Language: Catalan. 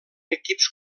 equips